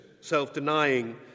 self-denying